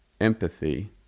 empathy